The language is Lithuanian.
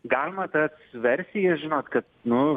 galima tas versija žinot kad nu